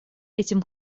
этим